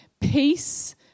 peace